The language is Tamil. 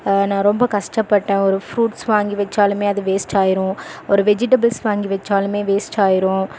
நான் ரொம்ப கஷ்டப்பட்டேன் ஒரு ஃப்ரூட்ஸ் வாங்கி வைச்சாலுமே அது வேஸ்ட் ஆகிரும் ஒரு வெஜிடபுல்ஸ் வாங்கி வைச்சாலுமே வேஸ்ட் ஆகிரும்